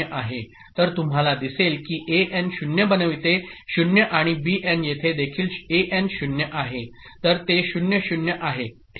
तर तुम्हाला दिसेल की एएन 0 बनविते 0 आणि बीएन येथे देखील एएन 0 आहे तर ते 0 0 आहे ठीक